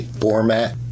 format